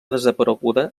desapareguda